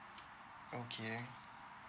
okay